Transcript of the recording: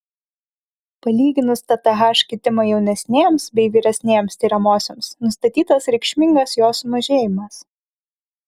palyginus tth kitimą jaunesnėms bei vyresnėms tiriamosioms nustatytas reikšmingas jo sumažėjimas